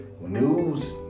News